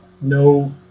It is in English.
no